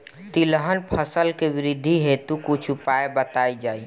तिलहन फसल के वृद्धी हेतु कुछ उपाय बताई जाई?